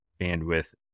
bandwidth